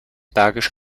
bergisch